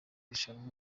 rushanwa